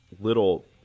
little